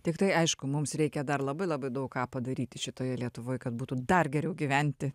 tiktai aišku mums reikia dar labai labai daug ką padaryti šitoj lietuvoj kad būtų dar geriau gyventi